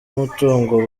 mutungo